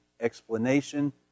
explanation